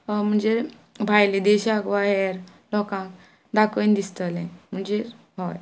म्हणजे भायले देशाक वार लोकांक दाखयन दिसतले म्हणजे हय